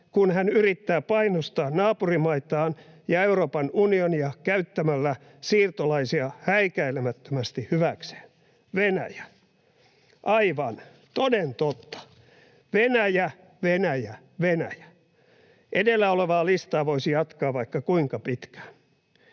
kun tämä yrittää painostaa naapurimaitaan ja Euroopan unionia käyttämällä siirtolaisia häikäilemättömästi hyväkseen? Venäjä. Aivan, toden totta: Venäjä, Venäjä, Venäjä. Edellä olevaa listaa voisi jatkaa vaikka kuinka pitkään.